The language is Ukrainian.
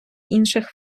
інших